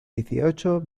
dieciocho